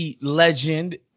legend